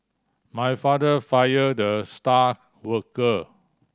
my father fire the star worker